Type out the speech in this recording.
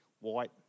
white